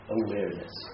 awareness